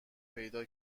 پیدا